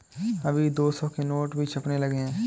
अभी दो सौ के नोट भी छपने लगे हैं